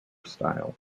style